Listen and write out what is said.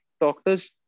doctors